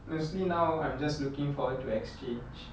largely now I'm just looking forward to exchange